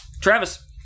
Travis